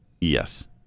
Yes